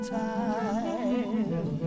time